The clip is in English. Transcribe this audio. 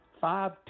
five